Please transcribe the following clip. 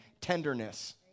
tenderness